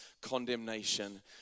condemnation